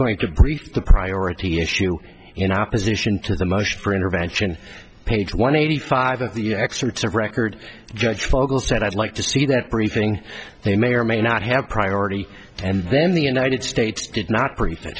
going to brief the priority issue in opposition to the most for intervention page one eighty five of the excerpts of record judge fogel said i'd like to see that briefing they may or may not have priority and then the united states did not